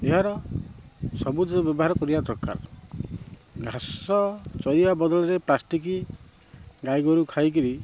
ଏହାର ସବୁଜ ବ୍ୟବହାର କରିବା ଦରକାର ଘାସ ଚରିବା ବଦଳରେ ପ୍ଲାଷ୍ଟିକ୍ ଗାଈଗୋରୁ ଖାଇକରି